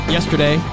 Yesterday